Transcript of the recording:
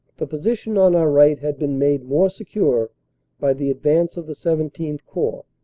the position on our right had been made more secure by the advance of the xvii corps,